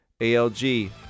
alg